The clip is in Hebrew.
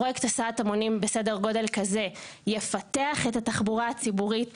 פרויקט הסעת המונים בסדר גודל כזה יפתח את התחבורה הציבורית